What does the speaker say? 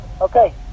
Okay